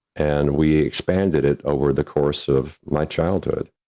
and we expanded it over the course of my childhood.